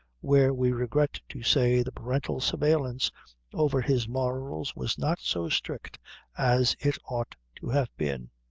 where we regret to say the parental surveillance over his morals was not so strict as it ought to have been.